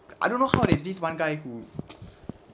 I don't know how there's this one guy who